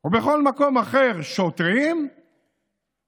או בכל מקום אחר, שוטרים נסוגים,